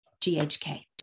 GHK